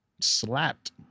slapped